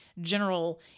general